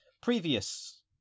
previous